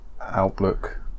outlook